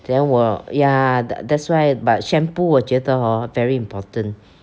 then 我 ya that that's why but shampoo 我觉得 hor very important